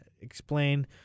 explain